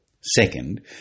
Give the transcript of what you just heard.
Second